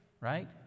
right